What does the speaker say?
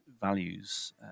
values